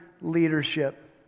leadership